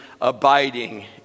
abiding